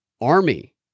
army